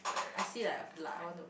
I see like like I want to